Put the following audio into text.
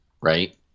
right